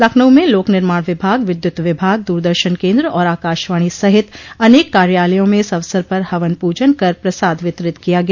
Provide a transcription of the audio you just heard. लखनऊ में लोक निमाण विभाग विद्यूत विभाग दूरदर्शन केन्द्र और आकाशवाणी सहित अनेक कार्यालयों में इस अवसर पर हवन पूजन कर प्रसाद वितरित किया गया